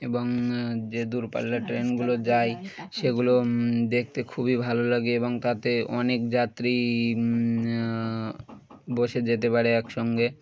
এবং যে দূরপাল্লা ট্রেনগুলো যাই সেগুলো দেখতে খুবই ভালো লাগে এবং তাতে অনেক যাত্রী বসে যেতে পারে একসঙ্গে